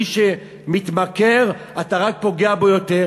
מי שמתמכר, אתה רק פוגע בו יותר.